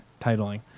titling